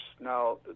Now